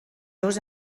dos